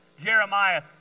Jeremiah